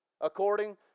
According